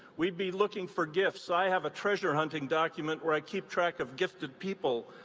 we'd be looking for gifts. i have a treasure hunting document where i keep track of gifted people.